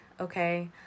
Okay